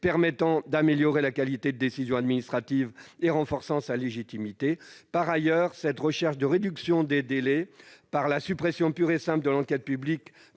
permettant d'améliorer la qualité de la décision administrative et renforçant sa légitimité. « Par ailleurs, cette recherche de réduction des délais par la suppression pure et simple de l'enquête publique,